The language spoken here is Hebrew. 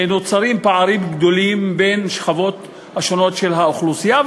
נוצרים פערים גדולים בין השכבות השונות של האוכלוסייה.